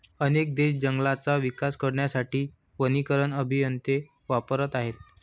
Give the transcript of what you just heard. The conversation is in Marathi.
अनेक देश जंगलांचा विकास करण्यासाठी वनीकरण अभियंते वापरत आहेत